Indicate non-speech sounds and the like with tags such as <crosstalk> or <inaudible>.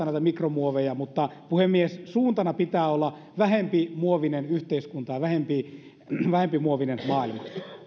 <unintelligible> näitä mikromuoveja mutta puhemies suuntana pitää olla vähempi muovinen yhteiskunta ja vähempi vähempi muovinen maailma